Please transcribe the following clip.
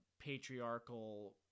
patriarchal